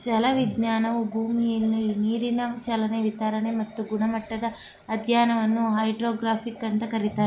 ಜಲವಿಜ್ಞಾನವು ಭೂಮಿಲಿ ನೀರಿನ ಚಲನೆ ವಿತರಣೆ ಮತ್ತು ಗುಣಮಟ್ಟದ ಅಧ್ಯಯನವನ್ನು ಹೈಡ್ರೋಗ್ರಫಿ ಅಂತ ಕರೀತಾರೆ